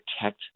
protect